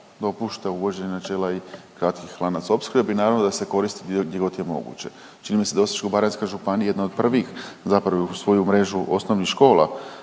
dopušta uvođenje načela i kratkih lanaca opskrbe i naravno da se koristi gdje god je moguće. Čini mi se da je Osječko-baranjska županija jedna od prvih zapravo u svoju mrežu osnovnih škola